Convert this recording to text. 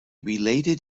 related